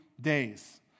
days